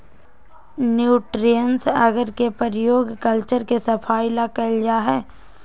nutrients अगर के प्रयोग कल्चर के सफाई ला कइल जाहई